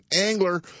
angler